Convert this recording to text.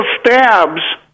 stabs